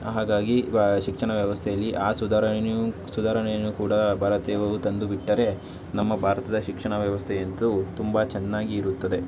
ಹಾಗಾಗಿ ಶಿಕ್ಷಣ ವ್ಯವಸ್ಥೆಯಲ್ಲಿ ಆ ಸುಧಾರಣೆಯು ಸುಧಾರಣೆಯನ್ನು ಕೂಡ ಭಾರತೀಯರು ತಂದುಬಿಟ್ಟರೆ ನಮ್ಮ ಭಾರತದ ಶಿಕ್ಷಣದ ವ್ಯವಸ್ಥೆಯಂತೂ ತುಂಬ ಚೆನ್ನಾಗಿ ಇರುತ್ತದೆ